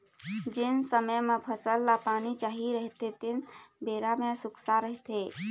जेन समे म फसल ल पानी चाही रहिथे तेन बेरा म सुक्खा रहिथे